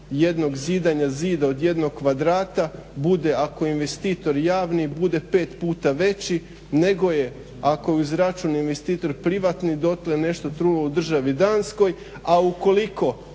jednog zidanja zida od jednog kvadrata bude ako je investitor javni bude 5 puta veći nego je ako je uz račun investitor privatni dotle je nešto trulo u državi Danskoj, a u koliko